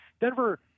Denver